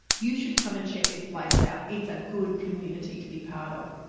you should come and check this place out. it's a good community to be part of.